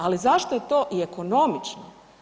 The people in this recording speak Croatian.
Ali zašto je to i ekonomično?